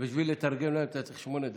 בשביל לתרגם אתה צריך שמונה דקות.